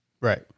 Right